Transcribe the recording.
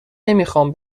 نمیخوام